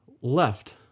left